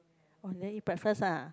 oh you never eat breakfast ah